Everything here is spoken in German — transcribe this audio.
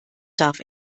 darf